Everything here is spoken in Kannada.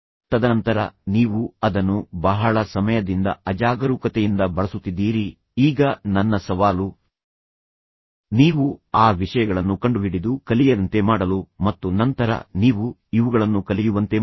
ತದನಂತರ ನೀವು ಅದನ್ನು ಬಹಳ ಸಮಯದಿಂದ ಅಜಾಗರೂಕತೆಯಿಂದ ಬಳಸುತ್ತಿದ್ದೀರಿ ಈಗ ನನ್ನ ಸವಾಲು ನೀವು ಆ ವಿಷಯಗಳನ್ನು ಕಂಡುಹಿಡಿದು ಕಲಿಯದಂತೆ ಮಾಡಲು ಮತ್ತು ನಂತರ ನೀವು ಇವುಗಳನ್ನು ಕಲಿಯುವಂತೆ ಮಾಡುವುದು